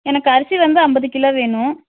எனக்கு அரிசி வந்து ஐம்பது கிலோ வேணும்